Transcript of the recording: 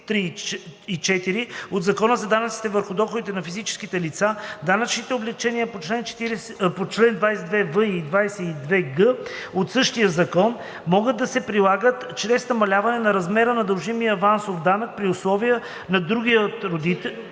от Закона за данъците върху доходите на физическите лица данъчните облекчения по чл. 22в и 22г от същия закон могат да се прилагат чрез намаляване на размера на дължимия авансов данък, при условие че другият родител,